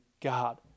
God